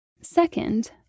Second